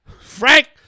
Frank